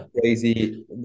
crazy